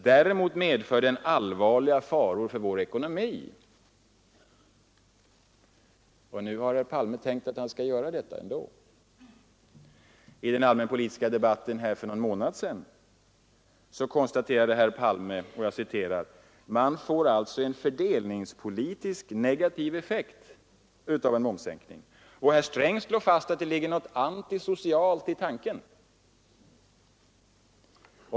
Däremot medför den allvarliga faror för vår ekonomi.” Men nu har herr Palme tänkt att han skall gå med på det ändå. I den allmänpolitiska debatten här för någon månad sedan konstate rade herr Palme: ”Man får alltså en fördelningspolitiskt negativ effekt” av en momssänkning. Och herr Sträng slog fast att det ligger ”något antisocialt i tanken”.